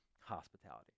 hospitality